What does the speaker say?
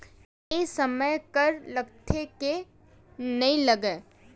के समय कर लगथे के नइ लगय?